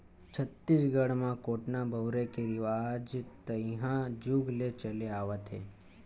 छत्तीसगढ़ म कोटना बउरे के रिवाज तइहा जुग ले चले आवत हे